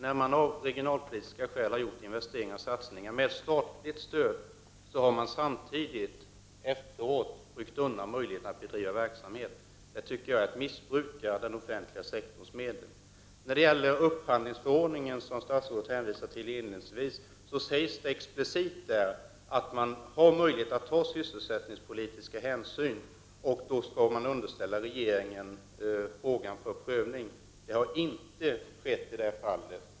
När man av regionalpolitiska skäl har gjort investeringar och satsningar med statligt stöd, har man samtidigt efteråt ryckt undan möjligheterna att driva verksamhet. Det tycker jag är att missbruka den offentliga sektorns medel. När det gäller upphandlingsförordningen, vilken statsrådet inledningsvis hänvisade till, sägs där explicit att man har möjlighet att ta sysselsättningspolitiska hänsyn och att man då skall underställa frågan regeringens prövning. Det har inte skett i det här fallet.